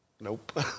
Nope